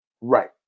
right